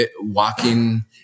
walking